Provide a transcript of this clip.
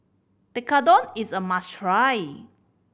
tekkadon is a must try